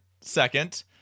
second